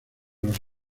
los